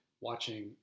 watching